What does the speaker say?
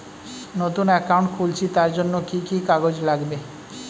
নতুন অ্যাকাউন্ট খুলছি তার জন্য কি কি কাগজ লাগবে?